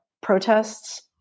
protests